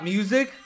Music